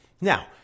Now